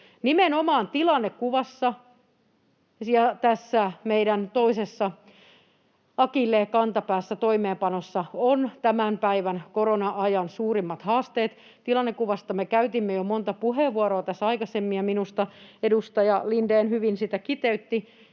Nimenomaan tilannekuvassa tässä meidän toisessa akilleenkantapäässämme, toimeenpanossa, ovat tämän päivän korona-ajan suurimmat haasteet. Tilannekuvasta me käytimme jo monta puheenvuoroa tässä aikaisemmin, ja minusta edustaja Lindén hyvin kiteytti,